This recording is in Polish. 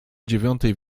dziewiątej